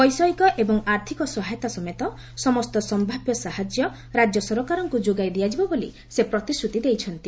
ବୈଷୟିକ ଏବଂ ଆର୍ଥକ ସହାୟତା ସମେତ ସମସ୍ତ ସମ୍ଭାବ୍ୟ ସାହାଯ୍ୟ ରାଜ୍ୟ ସରକାରଙ୍କୁ ଯୋଗାଇ ଦିଆଯିବ ବୋଲି ସେ ପ୍ରତିଶ୍ରତି ଦେଇଛନ୍ତି